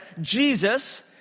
Jesus